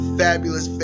fabulous